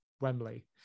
Wembley